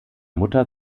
mutter